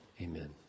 Amen